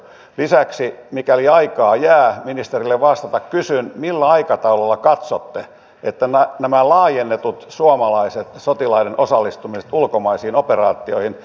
lisäksi mikäli aikaa jää ministerille vastata kysyn millä aikataululla katsotte että nämä laajennetut se on todella vakava ongelma